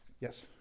Yes